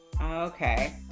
Okay